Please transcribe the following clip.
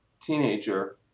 teenager